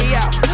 out